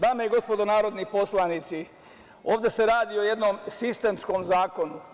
Dame i gospodo narodni poslanici, ovde se radi o jednom sistemskom zakonu.